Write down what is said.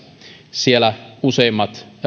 siellä useimmat